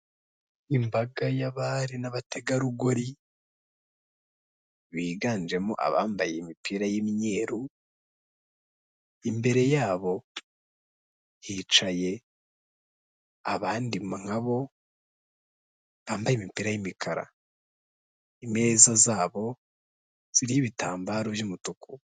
Imbaga y'abari n'abategarugori biganjemo abambaye imipira y'imyeru, imbere yabo hicaye abandi nkabo bambaye imipira y'imikara, imeza zabo ziriho ibitambaro by'umutuku.